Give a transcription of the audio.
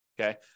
Okay